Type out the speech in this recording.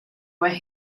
where